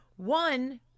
One